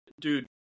Dude